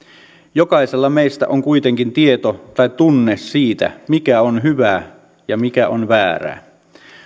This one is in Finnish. jokaisella meistä on kuitenkin tieto tai tunne siitä mikä on hyvää ja mikä on väärää